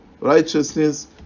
righteousness